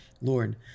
Lord